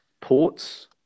ports